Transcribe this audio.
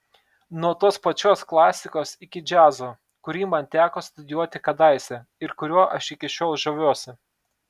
nuo tos pačios klasikos iki džiazo kurį man teko studijuoti kadaise ir kuriuo aš iki šiol žaviuosi